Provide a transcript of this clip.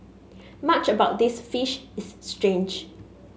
much about this fish is strange